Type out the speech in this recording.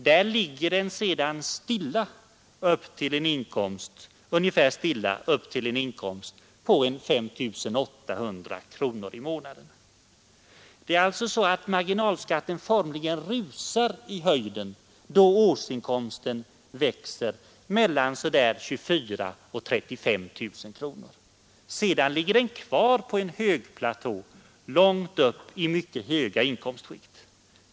Där ligger den sedan stilla upp till en inkomst av 5 900 kronor i månaden, Det är alltså så att marginalskatten formligen rusar i höjden då årsinkomsten växer mellan 25 000 kronor och 35 000 kronor. Sedan ligger den kvar på en högplatå långt upp i mycket höga inkomstskikt.